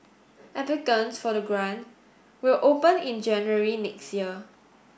applicants for the grant will open in January next year